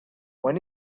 when